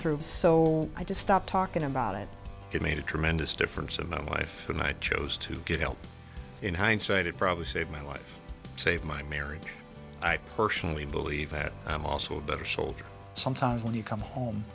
through so i just stopped talking about it it made a tremendous difference in the life when i chose to get help in hindsight it probably saved my life save my marriage i personally believe that i'm also a better soldier sometimes when you come home